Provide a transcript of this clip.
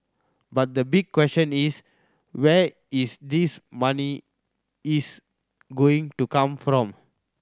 but the big question is where is this money is going to come from